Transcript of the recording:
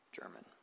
German